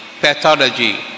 pathology